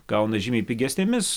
gauna žymiai pigesnėmis